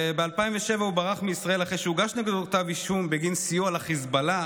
וב-2007 הוא ברח מישראל אחרי שהוגש נגדו כתב אישום בגין סיוע לחיזבאללה,